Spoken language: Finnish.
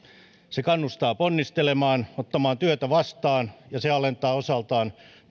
se kannustaa ponnistelemaan ottamaan työtä vastaan ja se alentaa osaltaan